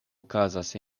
okazas